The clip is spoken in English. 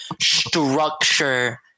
structure